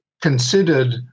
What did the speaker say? considered